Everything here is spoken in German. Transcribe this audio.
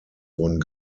wurden